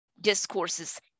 discourses